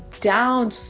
down